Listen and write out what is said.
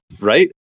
Right